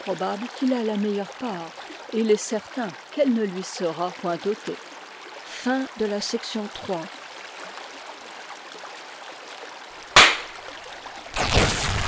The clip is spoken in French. qu'il a la meilleure part et il est certain qu'elle ne lui sera point ôtée